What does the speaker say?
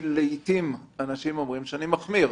אנשים אומרים שאני מחמיר.